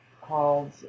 called